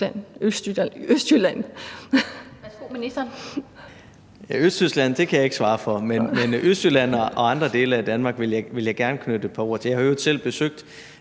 (Simon Kollerup): Østtyskland kan jeg ikke svare for, men Østjylland og andre dele af Danmark vil jeg gerne knytte et par ord til. Jeg har i øvrigt selv besøgt